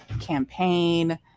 campaign